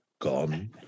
gone